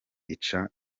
ica